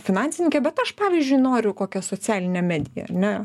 finansininkę bet aš pavyzdžiui noriu kokia socialinę medija ar ne